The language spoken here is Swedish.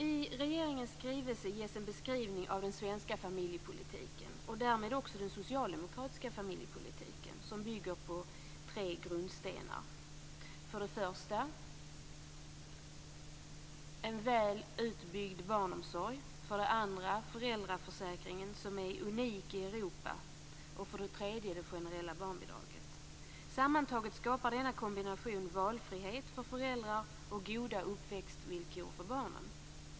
I regeringens skrivelse ges en beskrivning av den svenska familjepolitiken och därmed också den socialdemokratiska familjepolitiken, som bygger på tre grundstenar: för det första en välutbyggd barnomsorg, för det andra föräldraförsäkringen, som är unik i Europa, och för det tredje det generella barnbidraget. Sammantaget skapar denna kombination valfrihet för föräldrar och goda uppväxtvillkor för barnen.